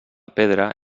pedra